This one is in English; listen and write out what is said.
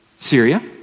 syria?